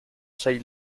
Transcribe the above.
sei